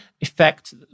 effect